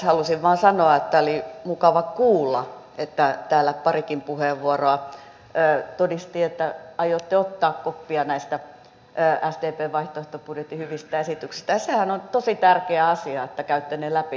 halusin vain sanoa että tämä oli mukava kuulla että täällä parikin puheenvuoroa todisti että aiotte ottaa koppia näistä sdpn vaihtoehtobudjetin hyvistä esityksistä ja sehän on tosi tärkeä asia että käytte ne läpi